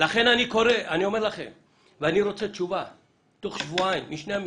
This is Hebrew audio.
אני מבקש תשובה תוך שבועיים משני המשרדים.